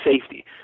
safety